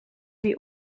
die